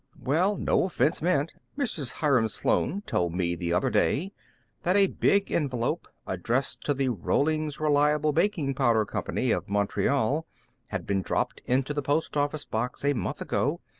well, no offense meant. mrs. hiram sloane told me the other day that a big envelope addressed to the rollings reliable baking powder company of montreal had been dropped into the post office box a month ago,